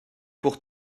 pour